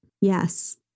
Yes